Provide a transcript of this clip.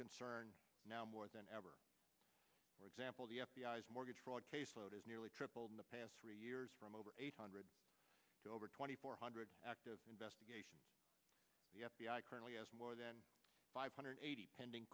concern now more than ever for example the f b i s mortgage fraud case load has nearly tripled in the past three years from over eight hundred to over twenty four hundred active investigation the f b i currently has more than five hundred eighty pending